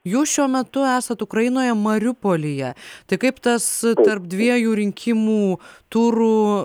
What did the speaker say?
jūs šiuo metu esat ukrainoje mariupolyje tai kaip tas tarp dviejų rinkimų turų